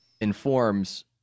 informs